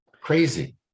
Crazy